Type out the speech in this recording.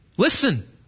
Listen